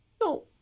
no